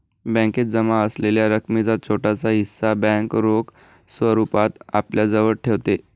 बॅकेत जमा असलेल्या रकमेचा छोटासा हिस्सा बँक रोख स्वरूपात आपल्याजवळ ठेवते